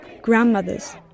Grandmothers